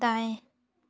दाएँ